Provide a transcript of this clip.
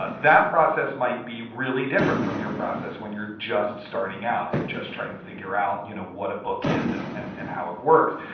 but that process might be really different from your process when you're just starting out and just trying to figure out, you know, what a book is and and and how it works.